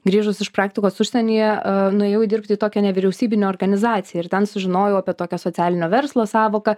grįžus iš praktikos užsienyje nuėjau dirbti į tokią nevyriausybinę organizaciją ir ten sužinojau apie tokią socialinio verslo sąvoką